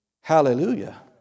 Hallelujah